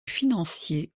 financier